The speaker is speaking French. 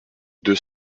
deux